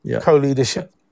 co-leadership